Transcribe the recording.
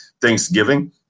Thanksgiving